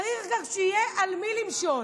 צריך שיהיה גם על מי למשול.